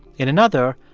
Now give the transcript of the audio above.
in another,